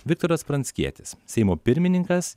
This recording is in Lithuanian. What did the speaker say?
viktoras pranckietis seimo pirmininkas